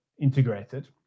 integrated